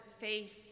face